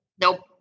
Nope